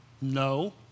No